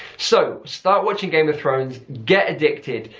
so start watching game of thrones, get addicted.